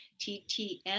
ttn